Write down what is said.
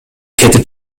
кетип